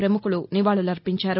పముఖుల నివాళులర్పించారు